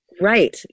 Right